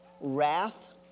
Wrath